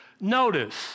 Notice